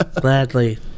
Gladly